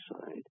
side